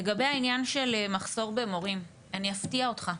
לגבי העניין של מחסור במורים, אני אפתיע אותך.